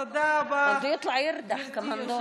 תודה רבה, גברתי היושבת-ראש.